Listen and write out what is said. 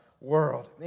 world